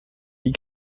die